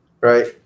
right